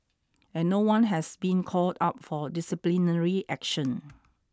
and no one has been called up for disciplinary action